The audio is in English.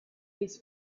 his